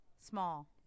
Small